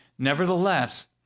Nevertheless